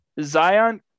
zion